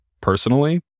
personally